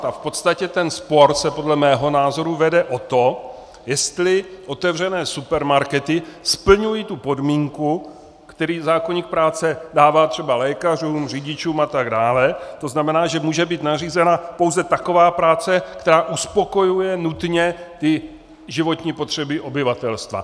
A v podstatě ten spor se podle mého názoru vede o to, jestli otevřené supermarkety splňují tu podmínku, kterou zákoník práce dává třeba lékařům, řidičům a tak dále, to znamená, že může být nařízena pouze taková práce, která uspokojuje nutně životní potřeby obyvatelstva.